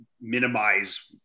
minimize